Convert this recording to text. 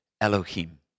Elohim